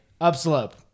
Upslope